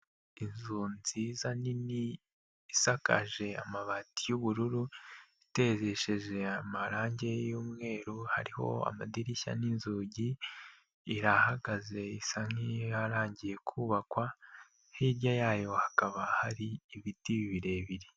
Inzu nziza nini isakaje amabati y'ubururu iteresheje amarangi y'umweru, hariho amadirishya n'inzugi, irahagaze isa nk'iyarangiye kubakwa, hirya yayo hakaba hari ibiti birebire.